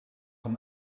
een